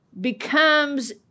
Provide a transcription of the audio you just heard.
becomes